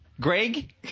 Greg